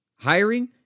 Hiring